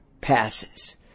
passes